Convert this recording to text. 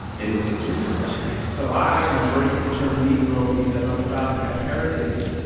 and this history of oppression so i embrace the term negro because i'm proud of that heritage.